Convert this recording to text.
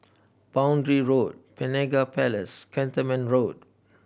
Boundary Road Penaga Place Cantonment Road